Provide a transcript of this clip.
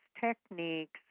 techniques